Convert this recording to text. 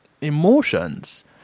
emotions